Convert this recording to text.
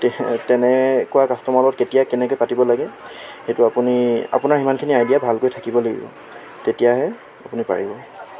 তেনেকুৱা কাষ্টমাৰৰ লগত কেতিয়া কেনেকে পাতিব লাগে সেইটো আপুনি আপোনাৰ সিমানখিনি আইডিয়া ভালকৈ থাকিব লাগিব তেতিয়াহে আপুনি পাৰিব